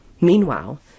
Meanwhile